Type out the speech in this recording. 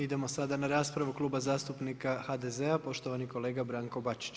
Idemo sada na raspravu Kluba zastupnika HDZ-a poštovani kolega Branko Bačić.